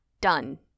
done